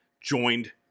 joined